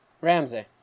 Ramsey